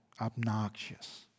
obnoxious